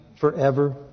forever